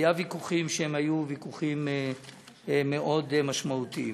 היו ויכוחים שהיו ויכוחים מאוד משמעותיים.